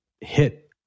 hit